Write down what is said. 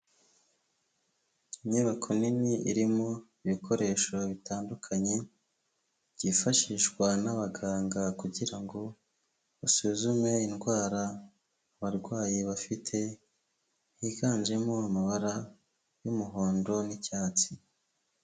Inyubako nini irimo ibikoresho bitandukanye byifashishwa n'abaganga kugira ngo basuzume indwara abarwayi bafite higanjemo amabara y'umuhondo n'icyatsi.